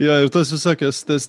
jo ir tuos visokius tas